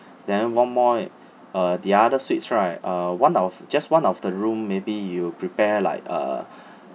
then one more uh the other suites right uh one of just one of the room maybe you prepare like uh